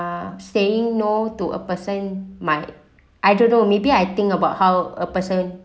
uh saying no to a person might I don't know maybe I think about how a person